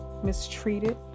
mistreated